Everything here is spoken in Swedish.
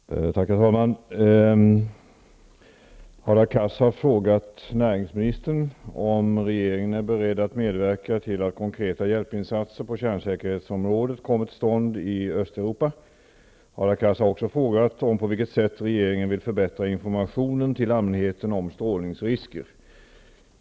Herr talman! Hadar Cars har frågat näringsministern om regeringen är beredd att medverka till att konkreta hjälpinsatser på kärnsäkerhetsområdet kommer till stånd i Östeuropa. Hadar Cars har också frågat om och på vilket sätt regeringen vill förbättra informationen till allmänheten om strålningsrisker.